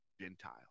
Gentile